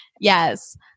yes